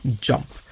jump